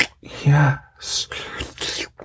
Yes